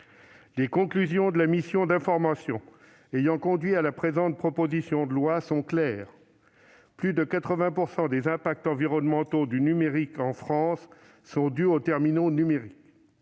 Les conclusions de la mission d'information ayant conduit à la présente proposition de loi sont claires : plus de 80 % des impacts environnementaux du numérique en France sont dus aux terminaux numériques.